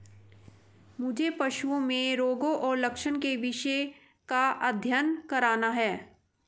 मुझे पशुओं में रोगों और लक्षणों के विषय का अध्ययन करना है